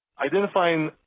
identifying